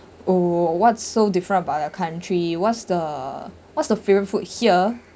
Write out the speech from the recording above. or what's so different about your country what's the what's the favourite food here